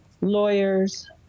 lawyers